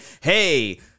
hey